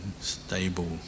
stable